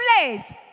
place